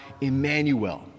Emmanuel